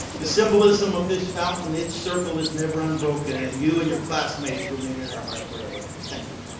the symbolism of this fountain, it's circle is never unbroken and you and your classmates remain in our hearts forever. thank you.